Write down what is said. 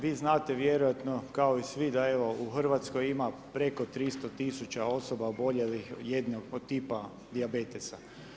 Vi znate vjerojatno, kao i svi da u RH ima preko 300 tisuća osoba oboljelih jednog od tipa dijabetesa.